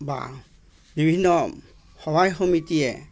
বা বিভিন্ন সভাই সমিতিয়ে